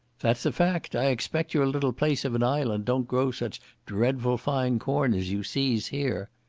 that's a fact. i expect your little place of an island don't grow such dreadful fine corn as you sees here?